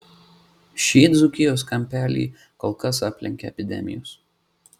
šį dzūkijos kampelį kol kas aplenkia epidemijos